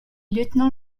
lieutenant